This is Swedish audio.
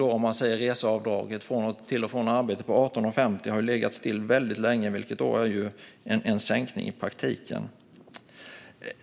Avdraget på 18,50 för resor till och från arbetet har legat stilla väldigt länge, vilket i praktiken innebär en sänkning.